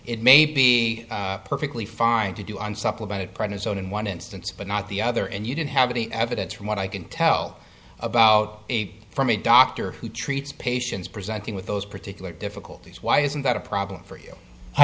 it may be perfectly fine to do on subtle about it prednisone in one instance but not the other and you didn't have any evidence from what i can tell about eight from a doctor who treats patients presenting with those particular difficulties why isn't that a problem for you i